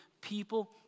people